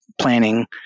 planning